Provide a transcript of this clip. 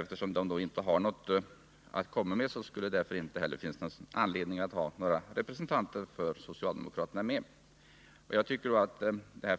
Men eftersom socialdemokraterna inte har något att komma med skulle det inte finnas anledning att ha några representanter för socialdemokraterna med.